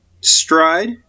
stride